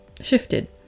shifted